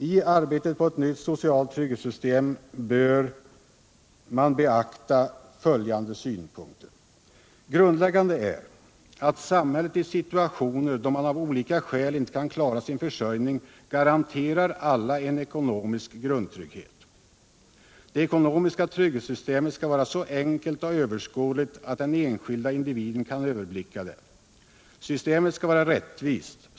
I arbetet på ett nytt socialt trygghetssystem bör man beakta följande synpunkter. Grundläggande är att samhället i olika situationer där man av olika skäl inte kan klara sin försörjning garanterar alla en ekonomisk grundtrygghet. Det ekonomiska trygghetssystemet skall vara så enkelt och överskådligt att den enskilda individen kan överblicka det. Systemet skall vara rättvist.